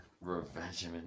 Revengement